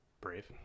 Brave